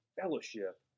fellowship